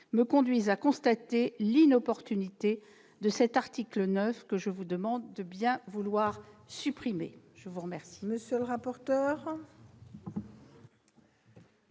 me conduisent à constater l'inopportunité de l'article 9, que je vous demande de bien vouloir supprimer. Ce sera